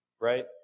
right